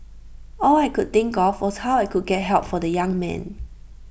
all I could think of was how I could get help for the young man